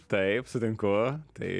taip sutinku tai